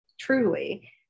Truly